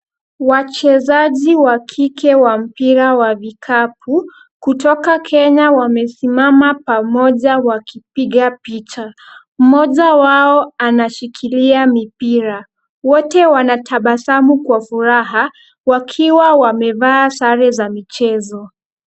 Wachezaji wa kike wa mpira wa vikapu kutoka Kenya, wamesimama pamoja wakipiga picha. Mmoja wao anashikilia mipira, wote wanatabasamu kwa furaha wakiwa wamevaa sare za michezo.